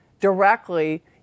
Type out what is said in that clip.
directly